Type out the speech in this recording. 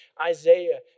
Isaiah